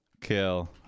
kill